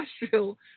industrial